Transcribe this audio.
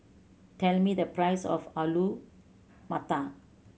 tell me the price of Alu Matar